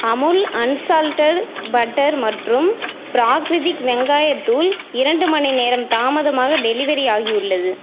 Amul unsalted butter மற்றும் பிராக்ரிதிக் வெங்காயத் தூள் இரண்டு மணிநேரம் தாமதமாக டெலிவரி ஆகியுள்ளது